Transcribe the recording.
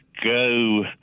go –